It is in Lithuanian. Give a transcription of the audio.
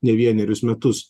ne vienerius metus